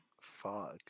fuck